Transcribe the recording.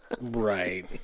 Right